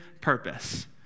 purpose